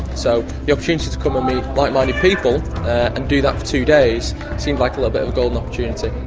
so the opportunity to come and ah meet like-minded people and do that for two days seemed like a little bit of a golden opportunity.